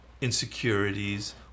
insecurities